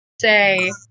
say